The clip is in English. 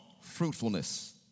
fruitfulness